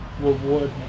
reward